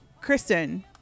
Kristen